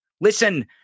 Listen